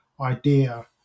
idea